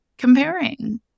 comparing